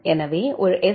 எனவே ஒரு எஸ்